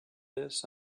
this